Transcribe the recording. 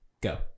go